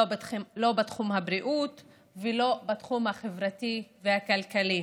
לא בתחום הבריאות ולא בתחום החברתי והכלכלי.